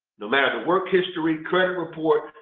no matter the work history, credit report,